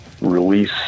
release